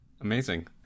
amazing